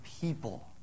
people